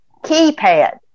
keypad